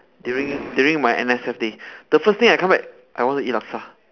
during during my N_S_F day the first thing I come back I want to eat laksa